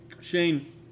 Shane